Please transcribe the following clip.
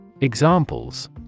Examples